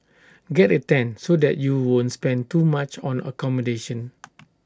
get A tent so that you won't spend too much on accommodation